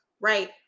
right